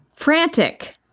frantic